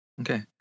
Okay